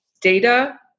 data